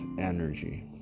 energy